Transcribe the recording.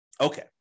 Okay